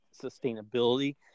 sustainability